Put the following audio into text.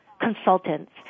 consultants